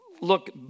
Look